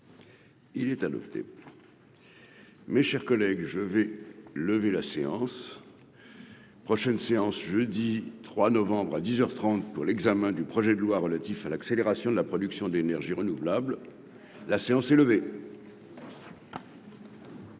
Il est noter. Mes chers collègues, je vais lever la séance prochaine séance, jeudi 3 novembre à 10 heures 30 pour l'examen du projet de loi relatif à l'accélération de la production d'énergie renouvelables, la séance est levée.